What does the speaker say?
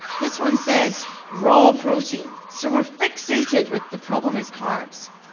this one says raw protein. so, we are fixated with the problem is carbs.